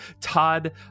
todd